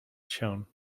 shone